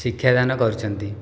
ଶିକ୍ଷାଦାନ କରୁଛନ୍ତି